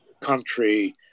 country